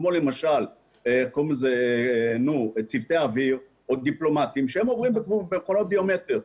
כמו למשל צוותי אוויר או דיפלומטים שהם עוברים במכונות ביומטריות.